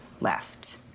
left